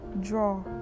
draw